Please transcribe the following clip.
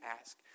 ask